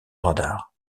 radars